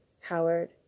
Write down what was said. Howard